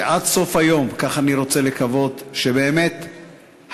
שעד סוף היום, כך אני רוצה לקוות, באמת השקט